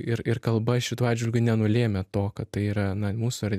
ir ir kalba šituo atžvilgiu nenulėmė to kad tai yra na mūsų ar